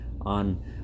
on